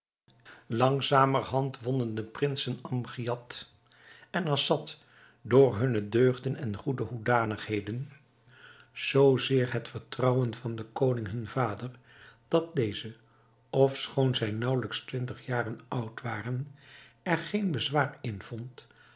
langzamerhand wonnen de prinsen amgiad en assad door hunne deugden en goede hoedanigheden zoo zeer het vertrouwen van den koning hun vader dat deze ofschoon zij naauwelijks twintig jaren oud waren er geen bezwaar in vond